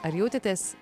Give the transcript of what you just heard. ar jautėtės